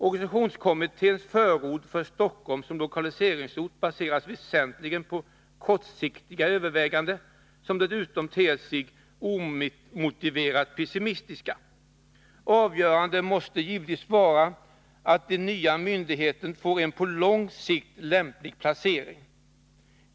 Organisationskommitténs förord för Stockholm som lokaliseringsort baseras väsentligen på kortsiktiga överväganden, som dessutom ter sig omotiverat pessimistiska. Avgörande måste givetvis vara att den nya myndigheten får en på lång sikt lämplig placering.